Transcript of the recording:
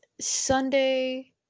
sunday